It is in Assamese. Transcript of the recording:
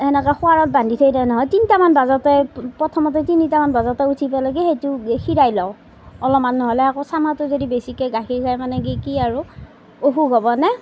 সেনকৈ সোৱাৰত বান্ধি থৈ দিয়ে নহয় তিনিটা মান বজাতে প্ৰথমতে তিনিটা মান বজাতে উঠি পেলাই কি সেইটো এই খীৰাই লওঁ অলপমান নহ'লে আকৌ চানাটো যদি বেছিকৈ গাখীৰ খায় মানে কি কি আৰু অসুখ হ'বনে